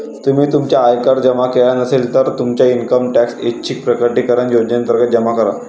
तुम्ही तुमचा आयकर जमा केला नसेल, तर तुमचा इन्कम टॅक्स ऐच्छिक प्रकटीकरण योजनेअंतर्गत जमा करा